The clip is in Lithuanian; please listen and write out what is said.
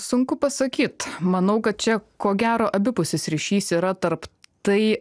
sunku pasakyt manau kad čia ko gero abipusis ryšys yra tarp tai